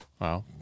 Wow